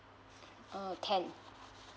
ah ten